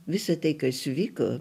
visa tai kas vyko